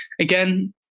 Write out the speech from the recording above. again